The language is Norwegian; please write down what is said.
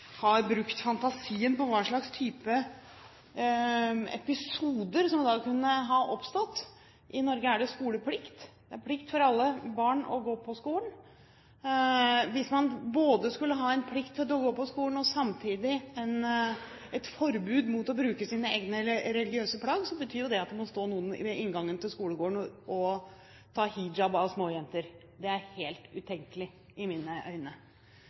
har brukt fantasien med hensyn til hva slags type episoder som da kunne ha oppstått. I Norge er det skoleplikt. Det er plikt for alle barn til å gå på skolen. Hvis man både skulle ha en plikt til å gå på skolen og samtidig et forbud mot å bruke sine egne religiøse plagg, betyr jo det at det må stå noen ved inngangen til skolegården og ta hijab av småjenter. Det er helt utenkelig i mine øyne.